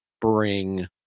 bring